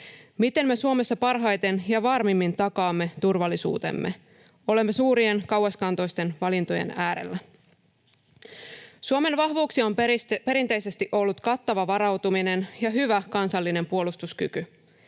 Miten me Suomessa parhaiten ja varmimmin takaamme turvallisuutemme? Olemme suurien, kauaskantoisten valintojen äärellä. Suomen vahvuuksia on perinteisesti ollut kattava varautuminen ja hyvä kansallinen puolustuskyky.